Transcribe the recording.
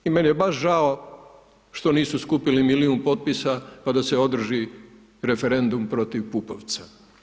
I meni je baš žao što nisu skupili milijun potpisa pa da se održi referendum protiv Pupovca.